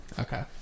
Okay